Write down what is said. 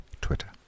Twitter